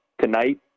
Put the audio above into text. Tonight